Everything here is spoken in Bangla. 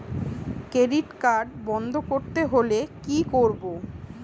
ক্রেডিট কার্ড বন্ধ করতে হলে কি করব?